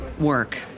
work